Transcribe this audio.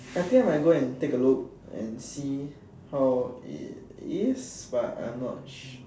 I think I might go and take a look and see how it is but I'm not sure